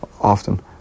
often